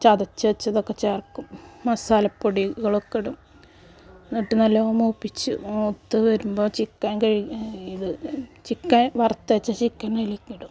ചതച്ച് വെച്ചതൊക്കെ ചേർക്കും മസാല പൊടികളൊക്കെ ഇടും എന്നിട്ട് നല്ലോണം മൂപ്പിച്ച് മൂത്ത് വരുമ്പോൾ ചിക്കൻ കഴ് ഇത് ചിക്കൻ വറുത്തുവെച്ച ചിക്കൻ അതിലേക്കിടും